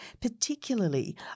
particularly